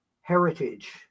heritage